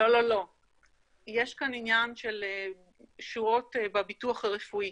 לא, יש כאן עניין של שורות בביטוח הרפואי,